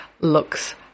looks